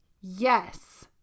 Yes